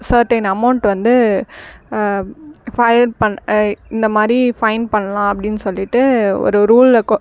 certain amount வந்து fine பண் ஆ இந்தமாதிரி ஃபைன் பண்ணலாம் அப்படின்னு சொல்லிகிட்டு ஒரு ரூல்லை கொ